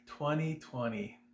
2020